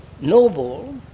noble